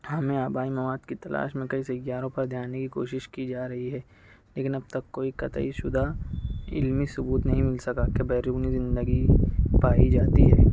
ہمیں آبائی مواد کی تلاش میں کئی سیاروں پر دھیان دینے کی کوشش کی جا رہی ہے لیکن اب تک کوئی قطعی شدہ علمی ثبوت نہیں مل سکا کہ بیرونی زندگی پائی جاتی ہے